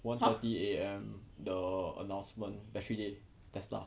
one thirty A_M the announcement battery day Tesla